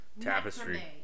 Tapestry